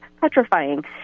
petrifying